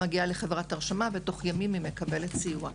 היא מגיעה לחברת הרשמה, ותוך ימים היא מקבלת סיוע.